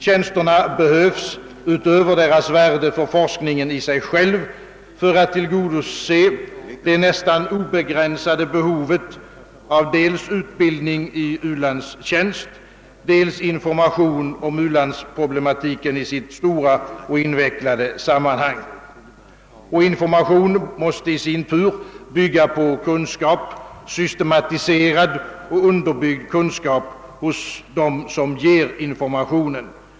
Tjänsterna behövs, utöver deras värde för forskningen i sig själv, för att tillgodose det nästan obegränsade behovet av dels utbildning i u-landstjänst, dels information om u-landsproblematiken i sitt stora och invecklade sammanhang. Information måste i sin tur bygga på systematiserad och underbyggd kunskap hos dem som ger informationen.